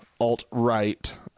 alt-right